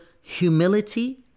humility